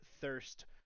thirst